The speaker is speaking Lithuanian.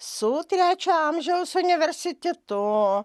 su trečio amžiaus universitetu